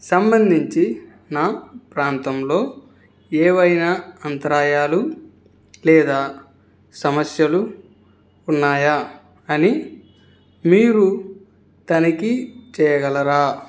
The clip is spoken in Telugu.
సంబంధించి నా ప్రాంతంలో ఏవైనా అంతరాయాలు లేదా సమస్యలు ఉన్నాయా అని మీరు తనిఖీ చేయగలరా